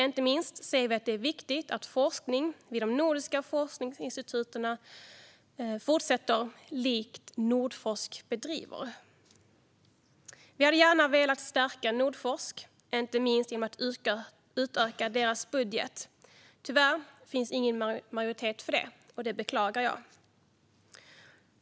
Inte minst ser vi att det är viktigt att forskning vid de nordiska forskningsinstitutionerna fortsätter, likt den som Nordforsk bedriver. Vi hade gärna velat stärka Nordforsk, inte minst genom att utöka deras budget. Tyvärr finns ingen majoritet för detta, och det beklagar jag.